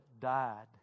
died